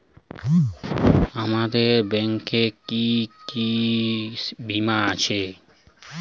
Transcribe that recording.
আপনাদের ব্যাংক এ কি কি বীমা আছে?